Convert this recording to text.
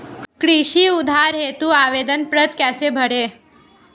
कृषि उधार हेतु आवेदन पत्र कैसे भरें?